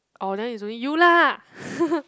oh then it's only you lah